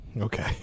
Okay